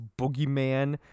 boogeyman